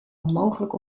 onmogelijk